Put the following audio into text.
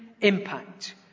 impact